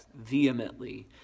vehemently